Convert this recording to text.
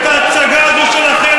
זה לא יעזור לכם.